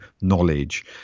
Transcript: knowledge